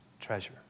treasure